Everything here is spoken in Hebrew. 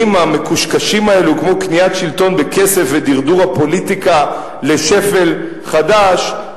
המקושקשים האלה כמו קניית שלטון בכסף ודרדור הפוליטיקה לשפל חדש,